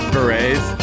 Berets